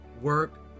work